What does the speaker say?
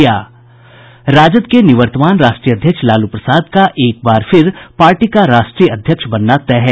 राष्ट्रीय जनता दल के निवर्तमान राष्ट्रीय अध्यक्ष लालू प्रसाद का एक बार फिर पार्टी का राष्ट्रीय अध्यक्ष बनना तय है